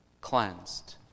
cleansed